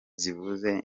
zivuze